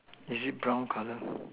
is it brown colour